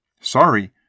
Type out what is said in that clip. Sorry